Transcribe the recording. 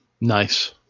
Nice